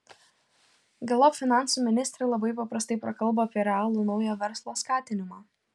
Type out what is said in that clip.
galop finansų ministrė labai paprastai prakalbo apie realų naujo verslo skatinimą